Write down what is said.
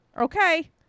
okay